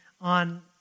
on